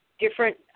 different